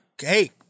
Hey